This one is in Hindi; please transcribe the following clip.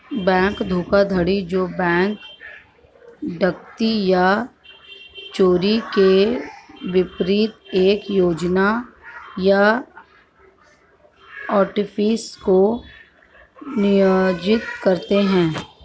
बैंक धोखाधड़ी जो बैंक डकैती या चोरी के विपरीत एक योजना या आर्टिफिस को नियोजित करते हैं